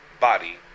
body